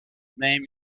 name